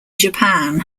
japan